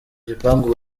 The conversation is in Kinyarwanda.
gipangu